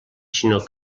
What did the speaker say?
sinó